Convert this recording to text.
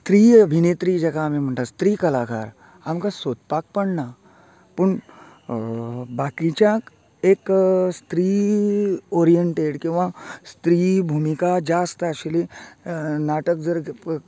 स्त्री अभिनेत्री जाका आमी म्हणटात स्त्री कलाकार आमकां सोदपाक पडना पूण बाकीच्यांक एक स्त्री ओरिएंटेड किंवां स्त्री भुमिका जास्त आशिल्ली नाटक जर